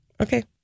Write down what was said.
Okay